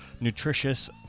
Nutritious